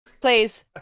please